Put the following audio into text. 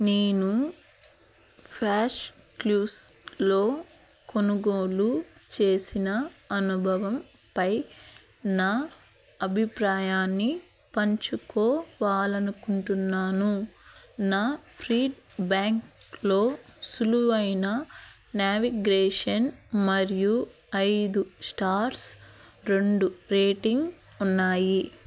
నేను షాప్క్లూస్లో కొనుగోలు చేసిన అనుభవంపై నా అభిప్రాయాన్ని పంచుకోవాలనుకుంటున్నాను నా ఫీడ్బ్యాక్లో సులువైన నావిగేషన్ మరియు ఐదు స్టార్స్ రెండు రేటింగ్ ఉన్నాయి